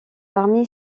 parmi